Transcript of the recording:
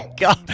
God